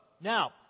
Now